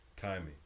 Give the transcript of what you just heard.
timing